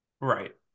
Right